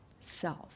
self